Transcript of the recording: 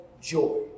joy